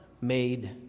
made